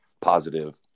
positive